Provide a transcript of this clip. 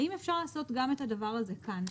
האם אפשר לעשות גם את הדבר הזה כאן?